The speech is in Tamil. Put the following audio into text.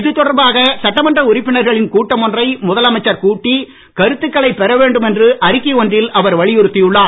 இதுதொடர்பாக சட்டமன்ற உறுப்பினர்களின் கூட்டம் ஒன்றை முதலமைச்சர் கூட்டி கருத்துக்களைப் பெற வேண்டும் என்று அறிக்கை ஒன்றில் அவர் வலியுறுத்தி உள்ளார்